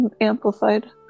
amplified